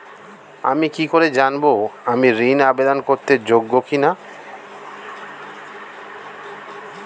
আমি কি করে জানব আমি ঋন আবেদন করতে যোগ্য কি না?